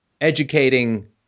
educating